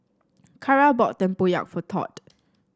Cara bought tempoyak for Tod